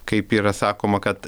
kaip yra sakoma kad